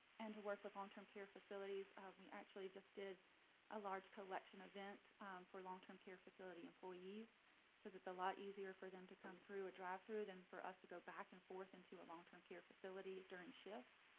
and to work with long term care facilities. we actually just did a large collection event for long term care facility employees because it's a a lot easier for them to come through a drive thru than for us to go back and forth into a long term care facility during shifts.